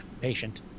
patient